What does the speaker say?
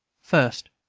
first,